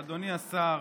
אדוני השר,